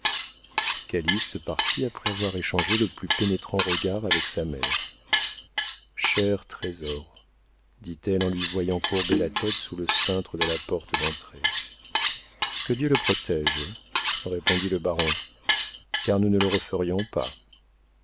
calyste partit après avoir échangé le plus pénétrant regard avec sa mère cher trésor dit-elle en lui voyant courber la tête sous le cintre de la porte d'entrée que dieu le protége répondit le baron car nous ne le referions pas